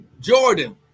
Jordan